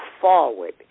Forward